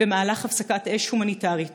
במהלך הפסקת אש הומניטרית